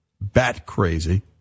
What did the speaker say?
bat-crazy